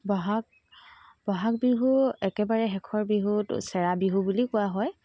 বহাগ বহাগ বিহু একেবাৰে শেষৰ বিহুত চেৰা বিহু বুলিও কোৱা হয়